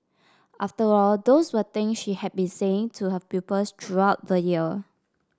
after all those were things she had been saying to her pupils throughout the year